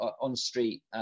on-street